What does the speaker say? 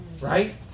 Right